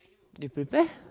you prepare